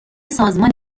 سازمان